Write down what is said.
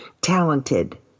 talented